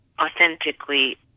authentically